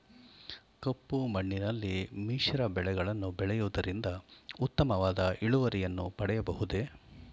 ಕಪ್ಪು ಮಣ್ಣಿನಲ್ಲಿ ಮಿಶ್ರ ಬೆಳೆಗಳನ್ನು ಬೆಳೆಯುವುದರಿಂದ ಉತ್ತಮವಾದ ಇಳುವರಿಯನ್ನು ಪಡೆಯಬಹುದೇ?